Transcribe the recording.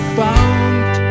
found